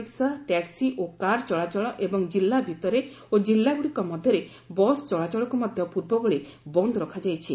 ରିକ୍ୱା taxi ଓ car ଚଳାଚଳ ଏବଂ ଜିଲ୍ଲା ଭିତରେ ଓ କିଲ୍ଲାଗୁଡ଼ିକ ମଧ୍ୟରେ ବସ୍ ଚଳାଚଳକୁ ମଧ୍ୟ ପୂର୍ବ ଭଳି ବନ୍ଦ ରଖାଯାଇଛି